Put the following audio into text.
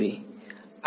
વિદ્યાર્થી I